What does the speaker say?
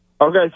Okay